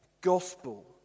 gospel